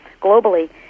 globally